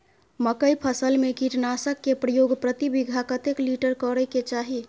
मकई फसल में कीटनासक के प्रयोग प्रति बीघा कतेक लीटर करय के चाही?